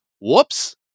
Whoops